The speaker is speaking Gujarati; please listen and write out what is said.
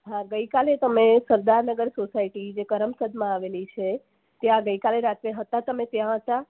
હાં ગઈ કાલે તમે સરદાર નગર સોસાયટી જે કરમસદમાં આવેલી છે ત્યાં ગઇકાલે રાત્રે હતા તમે ત્યાં હતા